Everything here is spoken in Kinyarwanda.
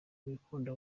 wikunda